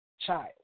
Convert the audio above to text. child